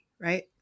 right